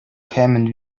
kämen